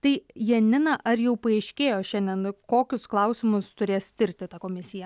tai janina ar jau paaiškėjo šiandien kokius klausimus turės tirti ta komisija